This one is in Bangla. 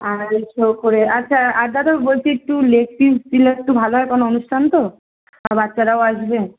আড়াইশো করে আচ্ছা আর দাদা বলছি একটু লেগ পিস দিলে একটু ভালো হয় কারণ অনুষ্ঠান তো আর বাচ্চারাও আসবে